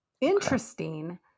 Interesting